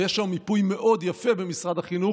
ויש היום מיפוי מאוד יפה במשרד החינוך,